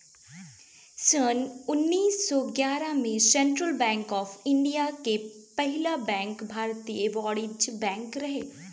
सन्न उन्नीस सौ ग्यारह में सेंट्रल बैंक ऑफ़ इंडिया के पहिला बैंक भारतीय वाणिज्यिक बैंक रहे